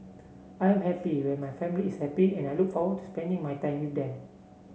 I am happy when my family is happy and I look forward to spending my time with them